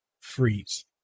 freeze